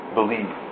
Believe